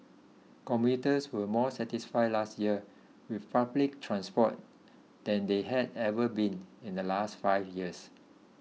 commuters were more satisfied last year with public transport than they had ever been in the last five years